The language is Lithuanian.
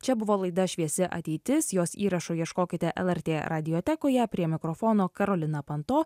čia buvo laida šviesi ateitis jos įrašų ieškokite lrt radiotekoje prie mikrofono karolina panto